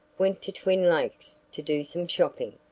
went to twin lakes to do some shopping,